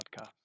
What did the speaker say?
podcast